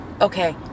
okay